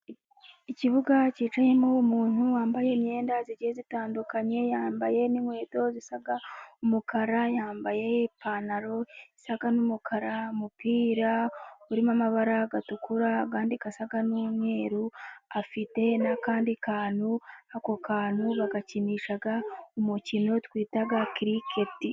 Ikibuga cyicayemo umuntu wambaye imyenda igiye itandukanye yambaye n'inkweto zisa umukara, yambaye ipantaro isaga n'umukara, umupira urimo amabara atukura andi asa n'umweru. Afite n'akandi kantu ako kantu bagakinisha umukino twita kiriketi.